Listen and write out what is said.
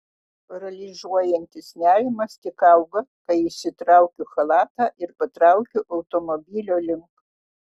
paralyžiuojantis nerimas tik auga kai išsitraukiu chalatą ir patraukiu automobilio link